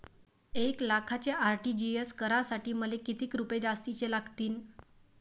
एक लाखाचे आर.टी.जी.एस करासाठी मले कितीक रुपये जास्तीचे लागतीनं?